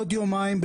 בעוד יומיים,